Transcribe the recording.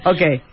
Okay